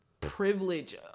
privilege